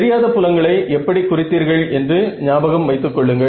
தெரியாத புலங்களை எப்படி குறித்தீர்கள் என்று ஞாபகம் வைத்து கொள்ளுங்கள்